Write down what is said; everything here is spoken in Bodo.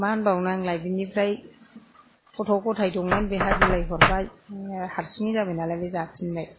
मा होनबावनो आंलाय बिनिफ्राय गथ' ग'थाय दंमोन बिहा बिलाइ हरबाय हारसिङै जाबाय नालाय ओमफ्राइ जाफिनबाय